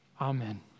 Amen